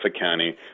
County